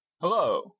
Hello